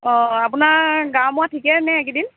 অঁ আপোনাৰ গা মূৰা ঠিকেই নে এইকেইদিন